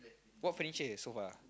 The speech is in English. what furniture so far